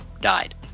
died